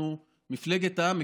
אנחנו מפלגת העם,